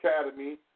Academy